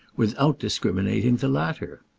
without discriminating the latter?